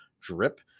drip